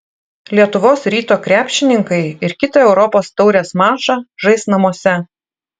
lietuvos ryto krepšininkai ir kitą europos taurės mačą žais namuose